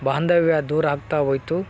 ಬಾಂಧವ್ಯ ದೂರ ಆಗ್ತಾ ಹೋಯ್ತು